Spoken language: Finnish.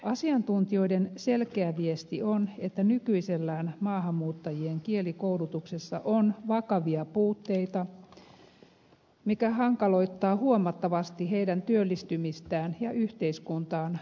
asiantuntijoiden selkeä viesti on että nykyisellään maahanmuuttajien kielikoulutuksessa on vakavia puutteita mikä hankaloittaa huomattavasti heidän työllistymistään ja yhteiskuntaan sopeutumistaan